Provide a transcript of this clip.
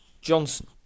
Johnson